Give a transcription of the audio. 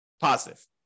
positive